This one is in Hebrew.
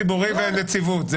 משרד האוצר מדבר על המגזר הציבורי,